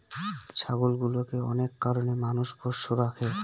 ছাগলগুলোকে অনেক কারনে মানুষ পোষ্য রাখে